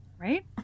right